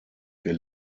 wir